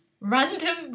random